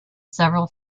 several